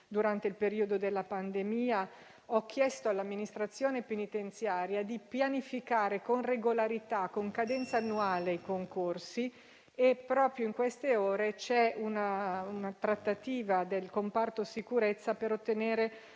durante il periodo della pandemia. Ho chiesto all'amministrazione penitenziaria di pianificare i concorsi con regolarità e con cadenza annuale e, proprio in queste ore, c'è una trattativa del comparto sicurezza per ottenere